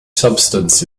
substance